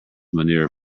manure